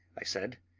i said,